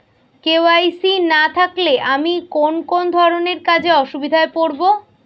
KYC না থাকলে আমি কোন কোন ধরনের কাজে অসুবিধায় পড়ব?